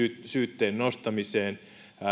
syytteen nostamiseen